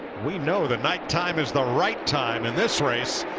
we know that nighttime is the right time in this race.